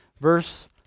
Verse